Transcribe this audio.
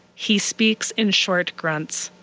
he speaks in short grunts.